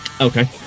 Okay